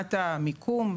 מבחינת המיקום,